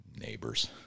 Neighbors